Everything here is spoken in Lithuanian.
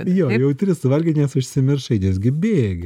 jo jau tris suvalgei nes užsimiršai nes gi bėgi